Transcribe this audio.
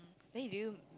then did you